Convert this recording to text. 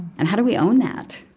and how do we own that?